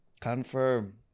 confirm